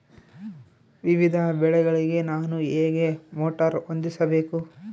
ವಿವಿಧ ಬೆಳೆಗಳಿಗೆ ನಾನು ಹೇಗೆ ಮೋಟಾರ್ ಹೊಂದಿಸಬೇಕು?